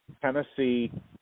Tennessee